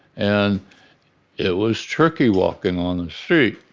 and it was turkey walking on a shoot.